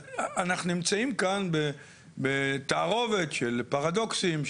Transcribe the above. אז אנחנו נמצאים כאן בתערובת של פרדוקסים,